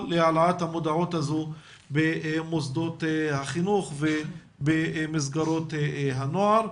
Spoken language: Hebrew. להעלאת המודעות הזו במוסדות החינוך ובמסגרות הנוער.